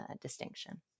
distinction